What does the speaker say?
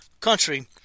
country